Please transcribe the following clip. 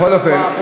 בכל אופן,